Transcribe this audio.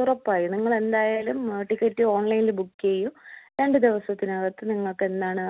ഉറപ്പായും നിങ്ങളെന്തായാലും ടിക്കറ്റ് ഓൺലൈൻല് ബുക്ക് ചെയ്യു രണ്ട് ദിവസത്തിനകത്ത് നിങ്ങൾക്ക് എന്നാണ്